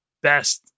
best